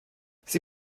sie